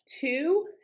two